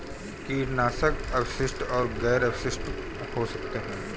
कीटनाशक अवशिष्ट और गैर अवशिष्ट हो सकते हैं